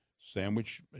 sandwich